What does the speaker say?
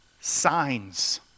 Signs